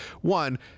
one